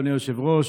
אדוני היושב-ראש,